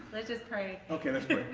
let's just pray ok let's